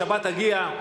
השבת תגיע,